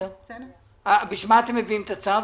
בשביל מה אתם מביאים את הצו?